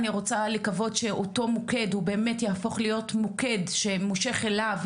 אני רוצה לקוות שאותו מוקד הוא באמת יהפוך להיות מוקד שמושך אליו,